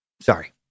Sorry